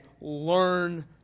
Learn